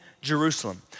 Jerusalem